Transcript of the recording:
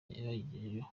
yabagejejeho